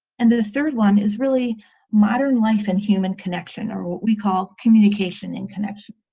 and the third one is really modern life and human connection or what we call communication and connection